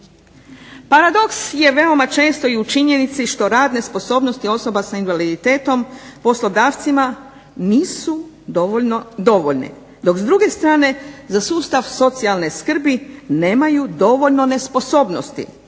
Paradoks je veoma često i u činjenici što radne sposobnosti osoba s invaliditetom poslodavcima nisu dovoljno dovoljne, dok s druge strane za sustav socijalne skrbi nemaju dovoljno nesposobnosti